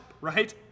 Right